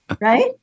Right